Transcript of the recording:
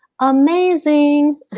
amazing